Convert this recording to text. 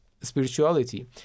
spirituality